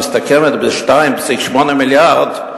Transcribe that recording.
מסתכמת ב-2.8 מיליארד,